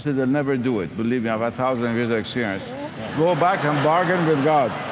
they'll never do it. believe me, i have a thousand years experience. go back and bargain with god.